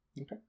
Okay